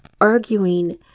arguing